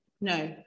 No